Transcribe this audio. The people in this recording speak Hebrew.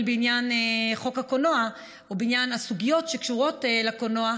בעניין חוק הקולנוע או בעניין הסוגיות שקשורות לקולנוע,